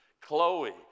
Chloe